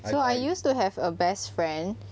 so I used to have a best friend